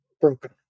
broken